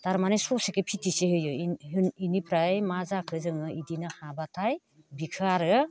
थारमाने ससेखौ फिथिसे होयो बेनिफ्राय मा जाखो जोङो बिदिनो हाबाथाय बेखौ आरो